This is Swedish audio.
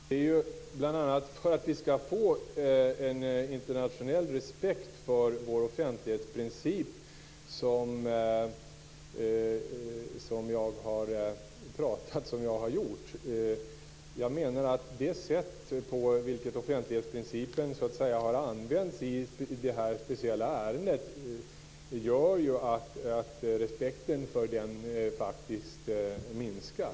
Herr talman! Det är bl.a. för att vi skall få en internationell respekt för vår offentlighetsprincip som jag har pratat så som jag har gjort. Jag menar att det sätt på vilket offentlighetsprincipen har använts i det här speciella ärendet gör att respekten för den minskar.